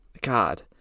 God